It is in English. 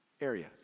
area